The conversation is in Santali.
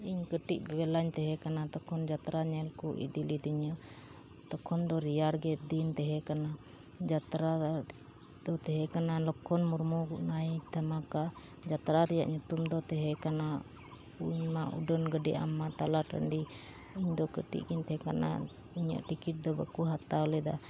ᱤᱧ ᱠᱟᱹᱴᱤᱡ ᱵᱮᱞᱟᱹᱧ ᱛᱟᱦᱮᱸ ᱠᱟᱱᱟ ᱛᱚᱠᱷᱚᱱ ᱡᱟᱛᱨᱟ ᱧᱮᱞ ᱠᱚ ᱤᱫᱤ ᱞᱤᱫᱤᱧᱟᱹ ᱛᱚᱠᱷᱚᱱ ᱨᱮᱭᱟᱲ ᱫᱤᱱ ᱛᱟᱦᱮᱸ ᱠᱟᱱᱟ ᱡᱟᱛᱨᱟ ᱫᱚ ᱛᱟᱦᱮᱸ ᱠᱟᱱᱟ ᱞᱚᱠᱷᱚᱱ ᱢᱩᱨᱢᱩ ᱱᱟᱭᱤᱴ ᱫᱷᱟᱢᱟᱠᱟ ᱡᱟᱛᱨᱟ ᱨᱮᱭᱟᱜ ᱧᱩᱛᱩᱢ ᱫᱚ ᱛᱟᱦᱮᱸ ᱠᱟᱱᱟ ᱠᱩᱧ ᱢᱟ ᱩᱰᱟᱹᱱ ᱜᱟᱹᱰᱤ ᱟᱢ ᱢᱟ ᱛᱟᱞᱟ ᱴᱟ ᱰᱤ ᱤᱧ ᱫᱚ ᱠᱟᱹᱴᱤᱡ ᱜᱮᱧ ᱛᱟᱦᱮᱸ ᱠᱟᱱᱟ ᱤᱧᱟᱹᱜ ᱴᱤᱠᱤᱴ ᱫᱚ ᱵᱟᱠᱚ ᱦᱟᱛᱟᱣ ᱞᱮᱫᱟ